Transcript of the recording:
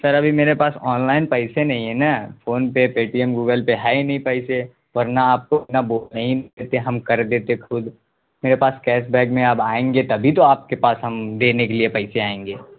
سر ابھی میرے پاس آن لائن پیسے نہیں ہیں نا PhonePe Paytm Google Pay ہے ہی نہیں پیسے ورنہ آپ کو اتنا بولنے ہی نہیں دیتے ہم کر دیتے خود میرے پاس کیش بیک میں اب آئیں گے تبھی تو آپ کے پاس ہم دینے کے لیے پیسے آئیں گے